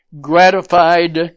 gratified